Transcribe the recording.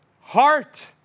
heart